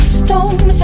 stone